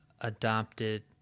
adopted